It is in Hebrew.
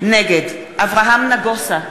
נגד אברהם נגוסה,